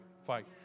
fight